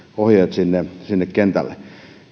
sinne sinne kentälle